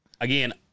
Again